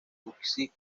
uffizi